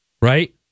Right